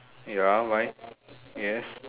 ya why yes